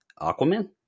Aquaman